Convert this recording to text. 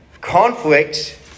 Conflict